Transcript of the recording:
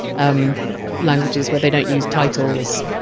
um languages where they don't use titles.